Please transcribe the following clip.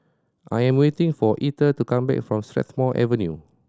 I am waiting for Etter to come back from Strathmore Avenue